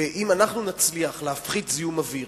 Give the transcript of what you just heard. ואם אנחנו נצליח להפחית זיהום אוויר